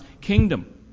kingdom